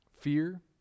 fear